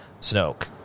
Snoke